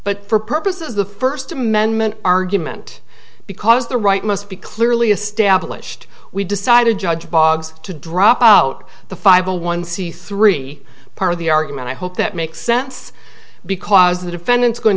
but for purposes the first amendment argument because the right must be clearly established we decided judge boggs to drop out the five a one c three part of the argument i hope that makes sense because the defendant's going